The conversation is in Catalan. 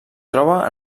troba